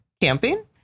camping